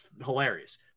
hilarious